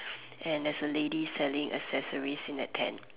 and there's a lady selling accessories in that tent